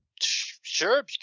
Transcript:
Sure